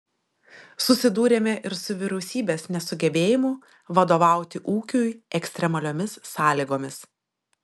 susidūrėme ir su vyriausybės nesugebėjimu vadovauti ūkiui ekstremaliomis sąlygomis